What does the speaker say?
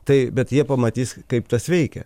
tai bet jie pamatys kaip tas veikia